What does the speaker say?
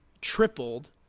tripled